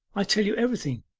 i tell you everything,